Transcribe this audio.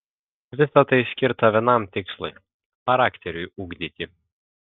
visa tai skirta vienam tikslui charakteriui ugdyti